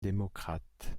démocrate